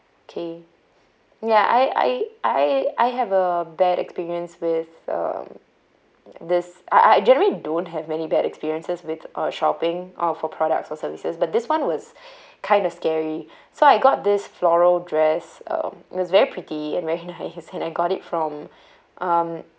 okay ya I I I I have a bad experience with um this I I generally don't have many bad experiences with uh shopping uh for products or services but this one was kind of scary so I got this floral dress um it was very pretty and very nice and I got it from um